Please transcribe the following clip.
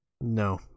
No